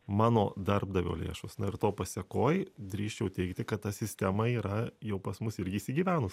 mano darbdavio lėšos na ir to pasėkoj drįsčiau teigti kad ta sistema yra jau pas mus irgi įsigyvenus